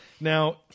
Now